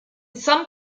some